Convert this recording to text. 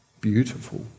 beautiful